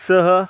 सह